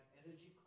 energy